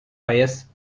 pious